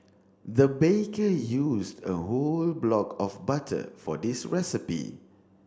the baker used a whole block of butter for this recipe